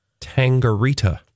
Tangerita